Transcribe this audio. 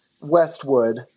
Westwood